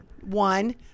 one